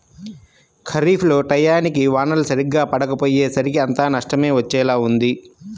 ఖరీఫ్ లో టైయ్యానికి వానలు సరిగ్గా పడకపొయ్యేసరికి అంతా నష్టమే వచ్చేలా ఉంది